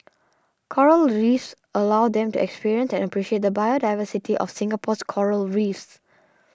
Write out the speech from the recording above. coral Reefs allows them to experience and appreciate the biodiversity of Singapore's Coral Reefs